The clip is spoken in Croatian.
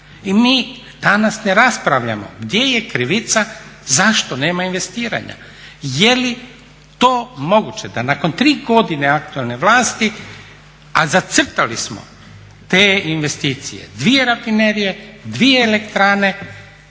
I mi danas ne raspravljamo gdje je krivica zašto nema investiranja. Je li to moguće da nakon tri godine aktualne vlasti a zacrtali smo te investicije, 2 rafinerije, 2 elektrane,